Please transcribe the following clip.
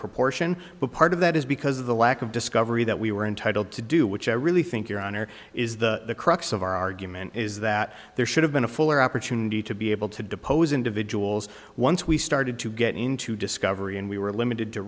proportion but part of that is because of the lack of discovery that we were entitled to do which i really think your honor is the crux of our argument is that there should have been a fuller opportunity to be able to depose individuals once we started to get into discovery and we were limited to